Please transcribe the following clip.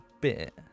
bit